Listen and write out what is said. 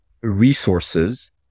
resources